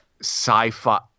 sci-fi